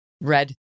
red